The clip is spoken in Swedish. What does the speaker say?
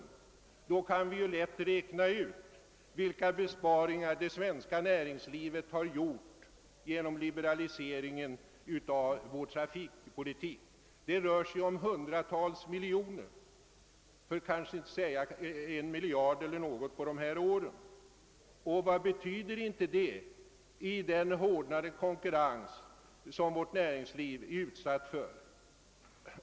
Vi kan lätt räkna ut vilka besparingar. det svenska näringslivet har gjort genom liberaliseringen av vår trafikpolitik; det rör sig om hundratals miljoner för att inte säga en miljard under dessa år. Vad betyder inte det i den hårdnande konkurrens som vårt näringsliv är utsatt för?